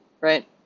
right